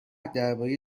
درباره